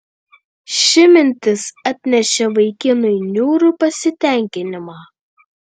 ši mintis atnešė vaikinui niūrų pasitenkinimą